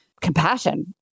compassion